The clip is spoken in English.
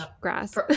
grass